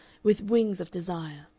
with wings of desire.